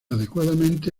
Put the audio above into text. adecuadamente